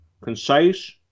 concise